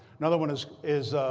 another one is is